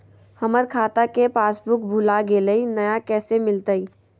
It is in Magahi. हमर खाता के पासबुक भुला गेलई, नया कैसे मिलतई?